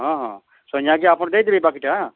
ହଁ ହଁ ସନ୍ଧ୍ୟାଟେ ଆପଣ ଦେଇ ଦେବେ ବାକିଟା